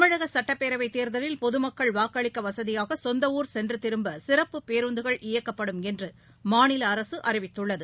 தமிழக சட்டப்பேரவைத் தேர்தலில் பொதமக்கள் வாக்களிக்க வசதியாக சொந்த ஊர் சென்று திரும்ப சிறப்பு பேருந்துகள் இயக்கப்படும் என்று மாநில அரசு அறிவித்துள்ளது